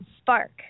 Spark